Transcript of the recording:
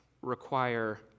require